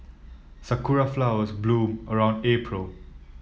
sakura flowers bloom around April